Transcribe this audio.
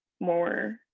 More